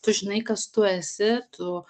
tu žinai kas tu esi tu